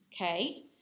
okay